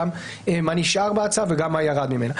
זה גם מה נשאר בהצעה וגם מה ירד ממנה.